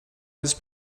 his